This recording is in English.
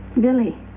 Billy